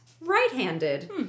right-handed